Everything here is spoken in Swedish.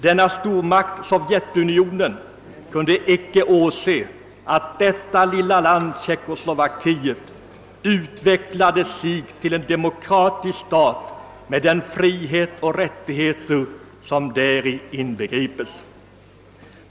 Denna stormakt — Sovjetunionen — kunde icke åse att detta lilla land — Tjeckoslovakien — utvecklade sig till en demokratisk stat med de friheter och rättigheter som däri inbegripes.